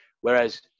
Whereas